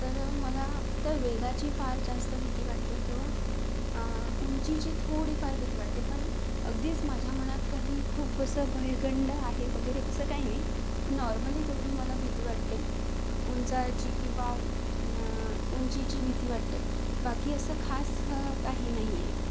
तर मला त्या वेगाची फार जास्त भीती वाटते किंवा उंचीची थोडीफार भीती वाटते पण अगदीच माझ्या मनात काही खूप असं भयगंड आहे वगैरे असं काही नाही नॉर्मली तेवढी मला भीती वाटते उंचीची किंवा उंचीची भीती वाटते बाकी असं खास काही नाही आहे